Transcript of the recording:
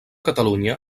catalunya